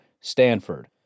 Stanford